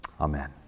Amen